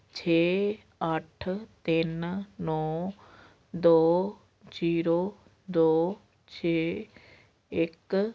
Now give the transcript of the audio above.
ਛੇ ਅੱਠ ਤਿੰਨ ਨੌ ਦੋ ਜ਼ੀਰੋ ਦੋ ਛੇ ਇੱਕ